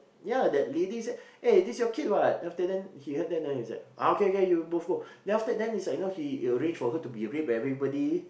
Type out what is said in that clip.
ya that lady said eh this your kid what then after that he heard then he was like ah okay okay you both go then after that then it's like you know he arranged her to be raped by everybody